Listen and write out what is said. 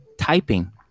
typing